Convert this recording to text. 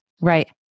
Right